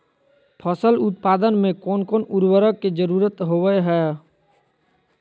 फसल उत्पादन में कोन कोन उर्वरक के जरुरत होवय हैय?